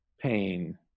pain